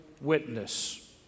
witness